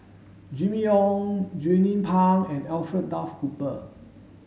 Jimmy Ong Jernnine Pang and Alfred Duff Cooper